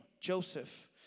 Joseph